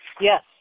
Yes